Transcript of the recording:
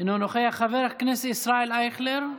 אינו נוכח, חבר הכנסת ישראל אייכלר.